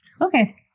okay